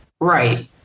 right